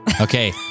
Okay